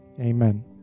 Amen